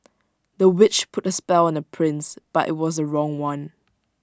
the witch put A spell on the prince but IT was the wrong one